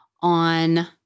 on